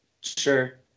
sure